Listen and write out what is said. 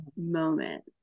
moment